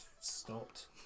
Stopped